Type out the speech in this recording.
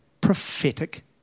prophetic